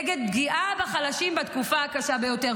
נגד פגיעה בחלשים בתקופה הקשה ביותר.